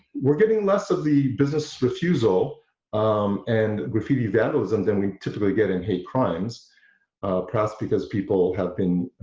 we're getting less of the business refusal and graffiti vandalism than we typically get in hate crimes perhaps because people have been,